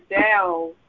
down